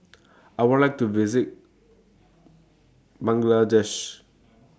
I Would like to visit Bangladesh